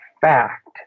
fact